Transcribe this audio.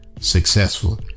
successful